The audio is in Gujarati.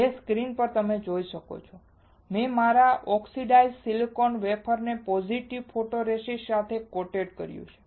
જે સ્ક્રીન પર તમે જોઈ શકો છો મેં મારા ઓક્સિડાઇઝ્ડ સિલિકોન વેફર ને પોઝિટિવ ફોટોરેસિસ્ટ સાથે કોટેડ કર્યું છે